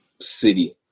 city